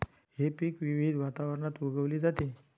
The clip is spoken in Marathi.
हे पीक विविध वातावरणात उगवली जाते